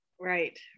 Right